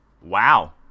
Wow